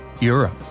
Europe